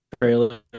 trailer